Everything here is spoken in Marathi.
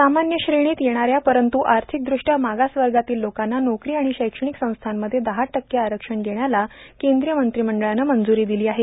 सामान्य श्रेणीत येणाऱ्या परंतु आर्थिकदृष्या मागास वर्गातील लोकांना नोकरी आणि शैक्षणिक संस्थांमध्ये दहा टक्के आरक्षण देण्याला केंद्रीय मंत्रिमंडळानं मंजूरी दिली आहे